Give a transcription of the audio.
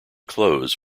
clothes